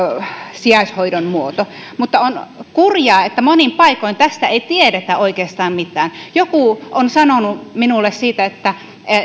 sijaishoidon muoto mutta on kurjaa että monin paikoin tästä ei tiedetä oikeastaan mitään joku on sanonut minulle